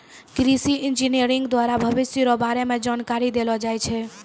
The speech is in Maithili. कृषि इंजीनियरिंग द्वारा भविष्य रो बारे मे जानकारी देलो जाय छै